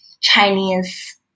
Chinese